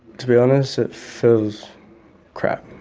to be honest, it feels crap.